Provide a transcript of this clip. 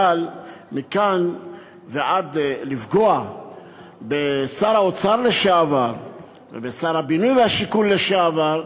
אבל מכאן ועד לפגוע בשר האוצר לשעבר ובשר הבינוי והשיכון לשעבר,